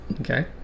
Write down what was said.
Okay